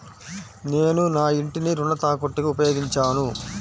నేను నా ఇంటిని రుణ తాకట్టుకి ఉపయోగించాను